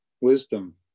wisdom